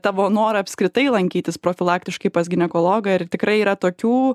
tavo norą apskritai lankytis profilaktiškai pas ginekologą ir tikrai yra tokių